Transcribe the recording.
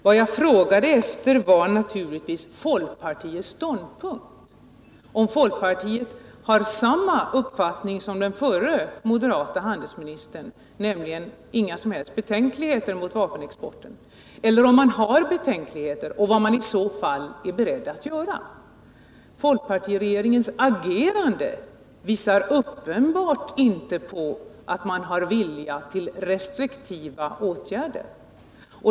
Vad jag frågade efter var naturligtvis folkpartiets ståndpunkt, om folkpartiet har samma uppfattning som den förre moderate handelsministern, nämligen inga som helst betänkligheter mot vapenexporten, eller om man har betänkligheter och vad man i så fall är beredd att göra. Folkpartiregeringens agerande visar inte på att man har någon vilja till restriktiva åtgärder.